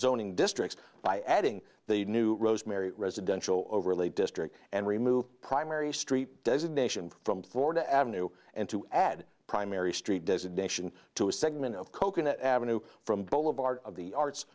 zoning districts by adding the new rosemary residential overlay district and remove primary street designation from florida avenue and to add primary street designation to a segment of coconut avenue from boulevard of the arts